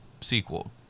sequel